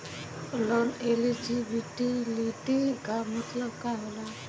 Loan eligibility का मतलब का होला?